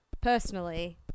personally